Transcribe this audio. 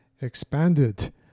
expanded